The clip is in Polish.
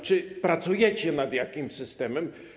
Czy pracujecie nad jakimś systemem?